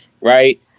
right